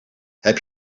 heb